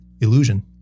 illusion